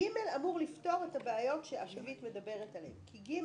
(ג) אמור לפתור את הבעיות שאביבית מדברת עליהן כי (ג)